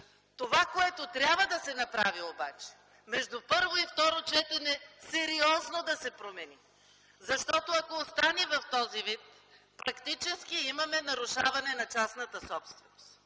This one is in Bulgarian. обаче, което трябва да се направи между първо и второ четене, е той сериозно да се промени, защото ако остане в този вид, практически имаме нарушаване на частната собственост